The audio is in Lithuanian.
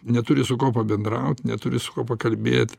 neturi su kuo pabendraut neturi su kuo pakalbėt